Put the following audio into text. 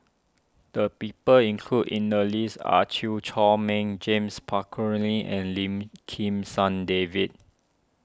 the people included in the list are Chew Chor Meng James Puthucheary and Lim Kim San David